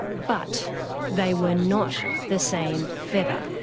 but they were not the same feather.